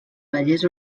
vallès